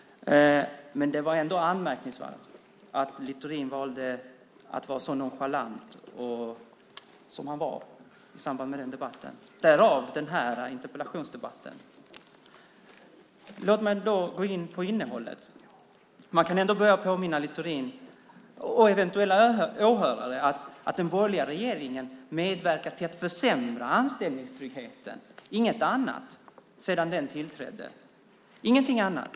Men det var ändå anmärkningsvärt att Littorin valde att vara så nonchalant som han var i samband med den debatten - därav denna interpellationsdebatt. Låt mig gå in på innehållet. Jag kan börja med att påminna Littorin och eventuella åhörare om att den borgerliga regeringen medverkat till att försämra anställningstryggheten, inget annat, sedan den tillträdde. Ingenting annat.